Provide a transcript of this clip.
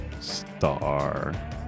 star